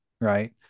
right